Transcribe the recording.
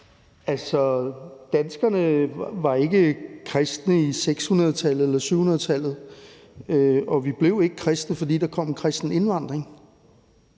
danskerne var ikke kristne i 600-tallet eller 700-tallet, og vi blev ikke kristne, fordi der kom en kristen indvandring